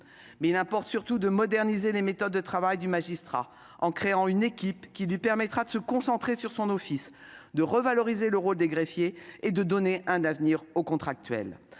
Mais il importe surtout de moderniser les méthodes de travail du magistrat, en créant une « équipe », qui lui permettra de se concentrer sur son office, de revaloriser le rôle des greffiers et de donner un avenir aux contractuels.